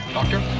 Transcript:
Doctor